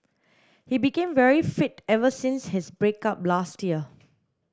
he became very fit ever since his break up last year